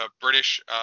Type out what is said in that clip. British